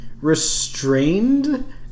restrained